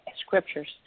scriptures